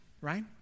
right